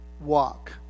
walk